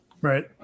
right